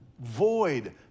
void